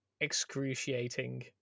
excruciating